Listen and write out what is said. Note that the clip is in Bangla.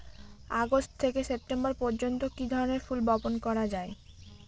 আগস্ট থেকে সেপ্টেম্বর পর্যন্ত কি ধরনের ফুল বপন করা যায়?